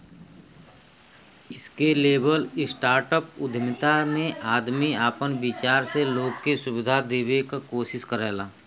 scalable startup उद्यमिता में आदमी आपन विचार से लोग के सुविधा देवे क कोशिश करला